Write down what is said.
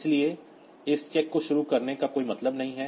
इसलिए इस चेक को शुरू में करने का कोई मतलब नहीं है